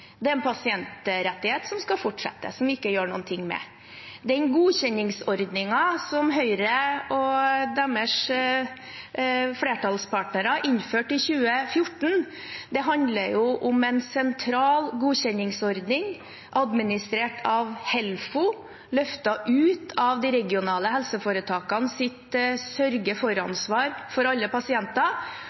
Det er en pasientrettighet som skal fortsette, som vi ikke gjør noe med. Den godkjenningsordningen som Høyre og deres flertallspartnere innførte i 2014, handler jo om en sentral godkjenningsordning administrert av Helfo, løftet ut av de regionale helseforetakenes sørge-for-ansvar for alle pasienter.